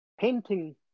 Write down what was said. painting